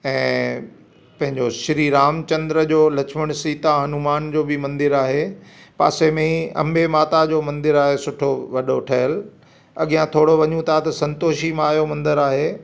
ऐं पंहिंजो श्री राम चंद्र जो लक्ष्मण सीता हनुमान जो बि मंदिर आहे पासे में ई अंबे माता जो मंदिर आहे सुठो वॾो ठहियल अॻियां थोरो वञूं था त संतोषी मां जो मंदिर आहे